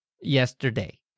Yesterday